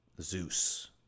Zeus